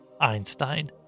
Einstein